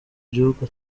gihugu